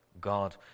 God